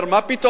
אומר: מה פתאום?